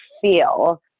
feel